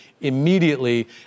immediately